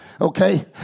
okay